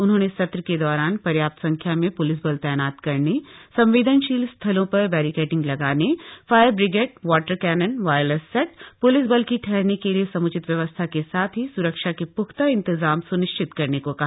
उन्होंने सत्र के दौरान पर्याप्त संख्या में पुलिस बल तैनात करने संवदेनशील स्थलों पर बैरिकैडिंग लगाने fire brigade water cannon wireless set police बल की ठहरने के लिए सम्चित व्यवस्था के साथ ही स्रक्षा के प्ख्ता इंतजाम स्निश्चित करने को कहा